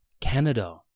Canada